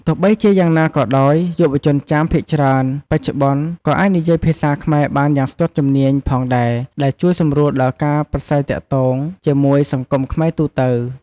ទោះបីជាយ៉ាងណាក៏ដោយ យុវជនចាមភាគច្រើនបច្ចុប្បន្នក៏អាចនិយាយភាសាខ្មែរបានយ៉ាងស្ទាត់ជំនាញផងដែរ ដែលជួយសម្រួលដល់ការប្រាស្រ័យទាក់ទងជាមួយសង្គមខ្មែរទូទៅ។